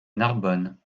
narbonne